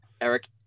Eric